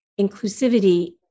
inclusivity